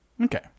Okay